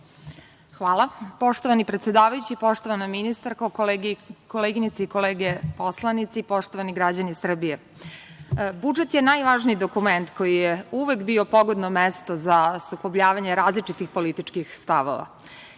Hvala. Poštovani predsedavajući, poštovana ministarko, koleginice i kolege narodni poslanici, poštovani građani Srbije. Budžet je najvažniji dokument koji je uvek bio pogodno mesto za sukobljavanje različitih političkih stavova.